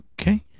Okay